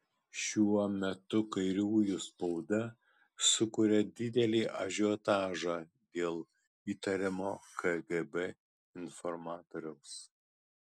šiuo metu kairiųjų spauda sukuria didelį ažiotažą dėl įtariamo kgb informatoriaus